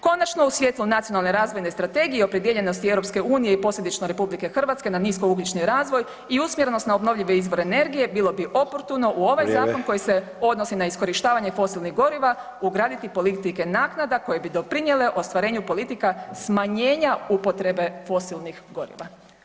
Konačno u svjetlu Nacionalne razvoje strategije i opredijeljenosti EU i posljedično RH na niskougljični razvoj i usmjerenost na obnovljive izvore energije bilo bi oportuno u ovaj zakon [[Upadica: Vrijeme.]] koji se odnosi na iskorištavanje fosilnih goriva ugraditi politike naknada koje bi doprinijele ostvarenju politika smanjenja upotrebe fosilnih goriva.